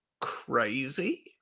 crazy